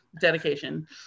dedication